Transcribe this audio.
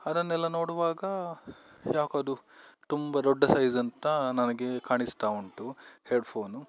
ಅದನ್ನೆಲ್ಲ ನೋಡುವಾಗ ಯಾಕದು ತುಂಬ ದೊಡ್ಡ ಸೈಝಂತ ನನಗೆ ಕಾಣಿಸ್ತಾ ಉಂಟು ಹೆಡ್ಫೋನು